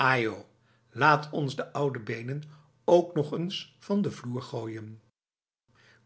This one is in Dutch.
ajo laat ons de oude benen ook nog eens van de vloer gooien